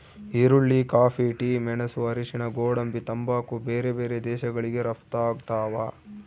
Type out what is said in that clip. ಈರುಳ್ಳಿ coffee tea ಮೆಣಸು ಅರಿಶಿಣ ಗೋಡಂಬಿ ತಂಬಾಕು ಬೇರೆ ಬೇರೆ ದೇಶಗಳಿಗೆ ರಪ್ತಾಗ್ತಾವ